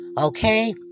Okay